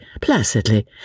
placidly